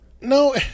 No